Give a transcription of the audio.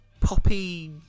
poppy